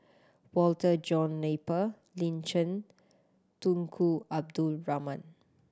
Walter John Napier Lin Chen Tunku Abdul Rahman